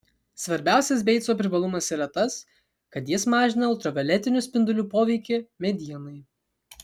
svarbiausias beico privalumas yra tas kad jis mažina ultravioletinių spindulių poveikį medienai